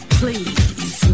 please